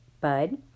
Bud